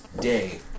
Day